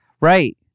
Right